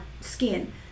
skin